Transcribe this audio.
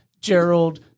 Gerald